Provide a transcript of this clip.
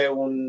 un